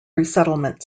resettlement